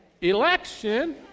Election